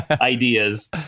ideas